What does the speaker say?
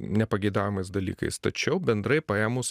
nepageidaujamais dalykais tačiau bendrai paėmus